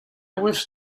wish